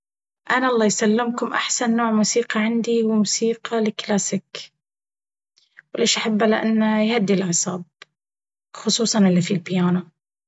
أنا الله يسلمكم أحسن نوع موسيقى عندي موسيقى الكلاسيك… ليش أحبه؟ لأن يهدي الأعصاب خصوصا اللي فيه بيانو.